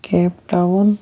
cap town